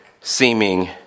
seeming